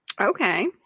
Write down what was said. Okay